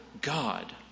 God